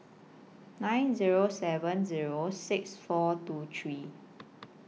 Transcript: nine Zero seven Zero six four two hree